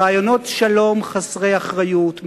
רעיונות שלום חסרי אחריות,